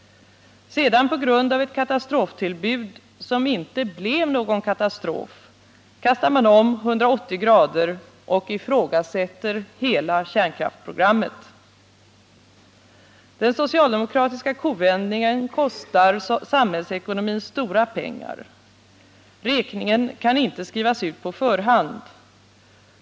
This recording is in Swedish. Sedan på grund av ett katastroftillbud, som inte blev någon katastrof, kastar man om 180? och ifrågasätter hela kärnkraftsprogrammet. Den socialdemokratiska kovändningen kostar samhällsekonomin stora pengar. Räkningen kan inte skrivas ut på förhand.